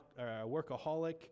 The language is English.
workaholic